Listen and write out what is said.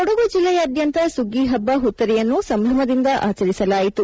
ಕೊಡಗು ಜಿಲ್ಲೆಯಾದ್ಯಂತ ಸುಗ್ಗಿ ಹಬ್ಬ ಹುತ್ತರಿಯನ್ನು ಸಂಭ್ರಮದಿಂದ ಆಚರಿಸಲಾಯಿತು